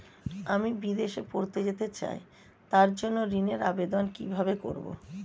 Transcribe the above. আমি বিদেশে পড়তে যেতে চাই তার জন্য ঋণের আবেদন কিভাবে করব?